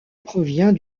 provient